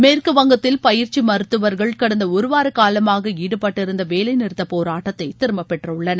மேற்குவங்கத்தில் பயிற்சி மருத்துவர்கள் கடந்த ஒருவார காலமாக ஈடுபட்டிருந்த வேலைநிறுத்தப் போராட்டத்தை திரும்பப் பெற்றுள்ளனர்